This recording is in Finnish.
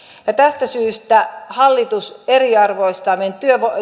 tästä syystä hallitus eriarvoistaa meidän